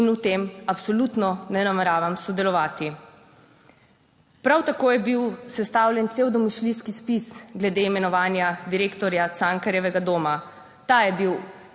in v tem absolutno ne nameravam sodelovati. Prav tako je bil sestavljen cel domišljijski spis glede imenovanja direktorja Cankarjevega doma. Ta je bil